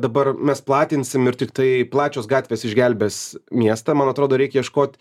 dabar mes platinsim ir tiktai plačios gatvės išgelbės miestą man atrodo reik ieškot